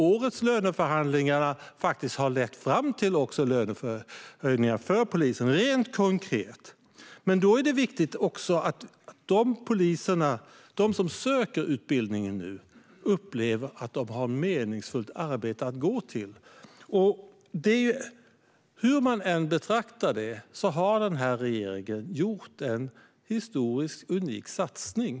Årets löneförhandlingar har faktiskt lett fram till löneförhöjningar för polisen - rent konkret. Men det är också viktigt att de som söker utbildningen uppfattar att de har ett meningsfullt arbete att gå till. Hur man än betraktar detta har den här regeringen gjort en historiskt unik satsning.